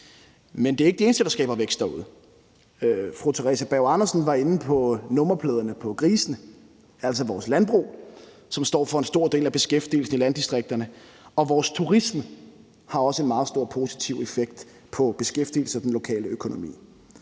men de er ikke de eneste, der skaber vækst derude. Fru Theresa Berg Andersen var inde på nummerpladerne på grisene, altså vores landbrug, som står for en stor del af beskæftigelsen i landdistrikterne, og vores turisme har også en meget stor positiv effekt på beskæftigelsen og den lokale økonomi.